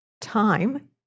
time